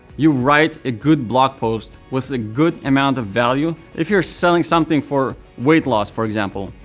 you write a good blog post with a good amount of value. if you're selling something for weight loss, for example,